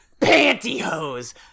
Pantyhose